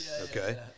Okay